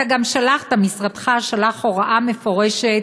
אתה גם שלחת, משרדך שלח, הוראה מפורשת